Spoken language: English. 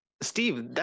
Steve